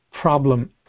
problem